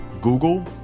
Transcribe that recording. Google